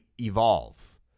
Evolve